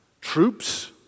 troops